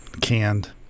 canned